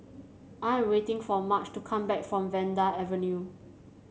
I am waiting for Marge to come back from Vanda Avenue